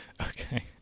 Okay